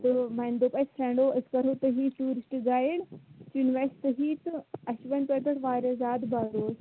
تہٕ وۄنۍ دۄپ اَسہِ فریٚنٛڈوأسۍ کَرہو تُہی ٹیوٗرِسٹ گایڈ چُنوٕاَسہِ تُہی تہٕ اَسہِ چھُ وۄنۍ تۄہہِ پٮ۪ٹھ واریاہ زیادٕ بھروسہٕ